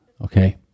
Okay